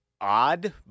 odd